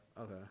Okay